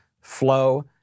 flow